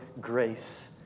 grace